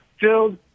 filled